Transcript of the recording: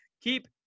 Keep